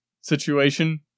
situation